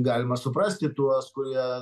galima suprasti tuos kurie